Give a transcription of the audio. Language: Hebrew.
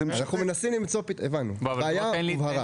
הבנו; הבעיה הובהרה.